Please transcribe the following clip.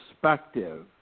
perspective